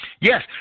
Yes